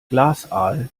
glasaal